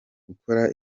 gukora